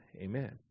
Amen